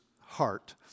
heart